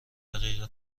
دقیقه